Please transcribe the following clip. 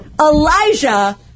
Elijah